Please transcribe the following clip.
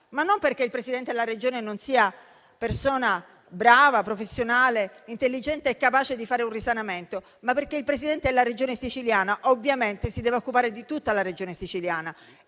e non perché il Presidente della Regione non sia persona brava, professionale, intelligente e capace di fare un risanamento, ma perché ovviamente si deve occupare di tutta la Regione siciliana,